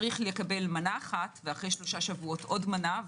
צריך לקבל מנה אחת ואחרי שלושה שבועות עוד מנה,